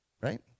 right